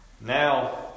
Now